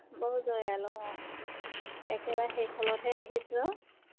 বৰ জয়াল অঁ একেবাৰে শেষ হলতহে আহিছোঁ আৰু